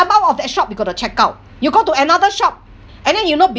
come out of that shop you got to check out you go to another shop and then you know